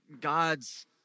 God's